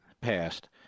passed